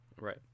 right